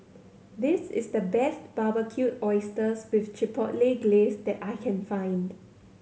this is the best Barbecued Oysters with Chipotle Glaze that I can find